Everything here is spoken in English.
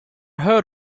heard